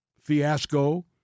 fiasco